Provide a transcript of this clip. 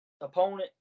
opponent